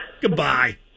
Goodbye